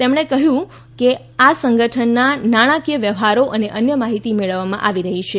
તેમણે કહ્યું કે આ સંગઠનના નાણાકીય વ્યવહારો અને અન્ય માહિતી મેળવવામાં આવી રહી છે